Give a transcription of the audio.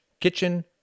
kitchen